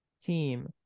team